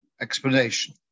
explanation